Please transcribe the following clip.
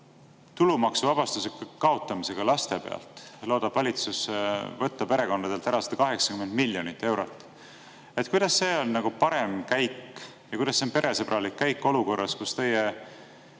tulumaksuvabastuse kaotamisega laste pealt loodab valitsus võtta perekondadelt ära 180 miljonit eurot. Kuidas see on parem käik ja kuidas see on peresõbralik käik olukorras, kus teie